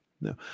no